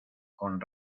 con